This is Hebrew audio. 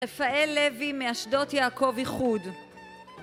רפאל לוי מאשדות יעקב איחוד